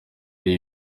ari